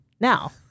now